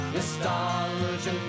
Nostalgia